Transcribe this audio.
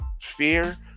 fear